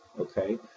okay